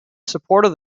supported